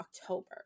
October